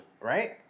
right